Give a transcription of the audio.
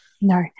No